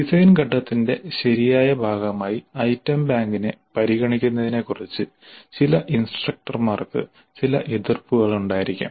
design ഘട്ടത്തിന്റെ ശരിയായ ഭാഗമായി ഐറ്റം ബാങ്കിനെ പരിഗണിക്കുന്നതിനെക്കുറിച്ച് ചില ഇൻസ്ട്രക്ടർമാർക്ക് ചില എതിർപ്പുകൾ ഉണ്ടായിരിക്കാം